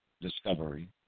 discovery